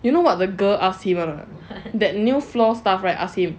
you know what the girl asked him that new floor staff right ask him